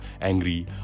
angry